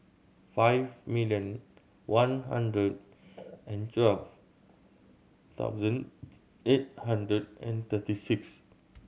five million one hundred and twelve thousand eight hundred and thirty six